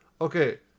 Okay